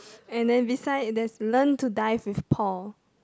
and then besides there is a man to dive with Paul